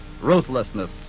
ruthlessness